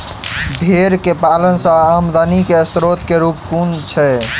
भेंर केँ पालन सँ आमदनी केँ स्रोत केँ रूप कुन छैय?